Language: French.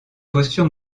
posture